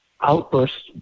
outburst